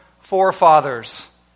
forefathers